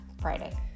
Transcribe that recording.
Friday